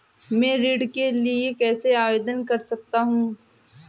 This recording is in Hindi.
मैं ऋण के लिए कैसे आवेदन कर सकता हूं?